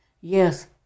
Yes